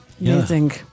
amazing